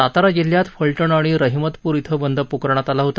सातारा जिल्ह्यात फलटण आणि रहिमपूर िं बंद पुकारण्यात आला होता